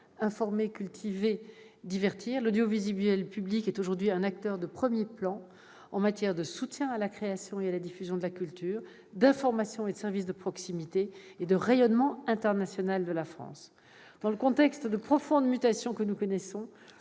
informer, cultiver, divertir », l'audiovisuel public est aujourd'hui un acteur de premier plan en matière de soutien à la création et à la diffusion de la culture, d'information, de services de proximité et de rayonnement international de la France. Dans le contexte des profondes mutations que nous connaissons,